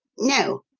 no,